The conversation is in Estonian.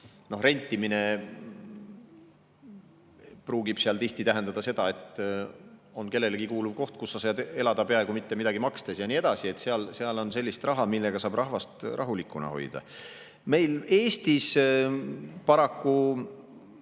et rentimine pruugib seal tihti tähendada seda, et on kellelegi kuuluv koht, kus sa saad elada peaaegu mitte midagi makstes ja nii edasi. Seal on sellist raha, millega saab rahvast rahulikuna hoida. Meil Eestis paraku